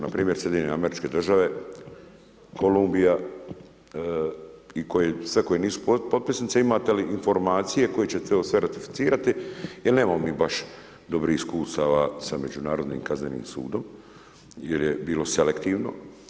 Npr. SAD, Kolumbija i sve koje nisu potpisnice, imate li informacije, koje ćete evo sve ratificirati, jer nemamo mi baš dobrih iskustava sa Međunarodnim kaznenim sudom, jer je bilo selektivno.